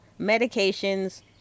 medications